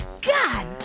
god